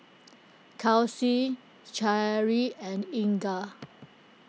Kelsi Cherrie and Inger